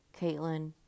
Caitlin